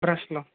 బ్రష్లు